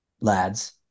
lads